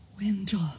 Wendell